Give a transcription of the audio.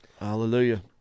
Hallelujah